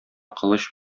кылыч